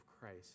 Christ